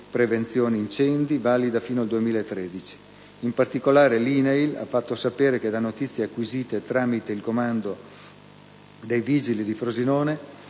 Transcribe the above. prevenzione incendi, valida fino al 2013. In particolare l'INAIL ha fatto sapere che, da notizie acquisite tramite il comando dei Vigili del fuoco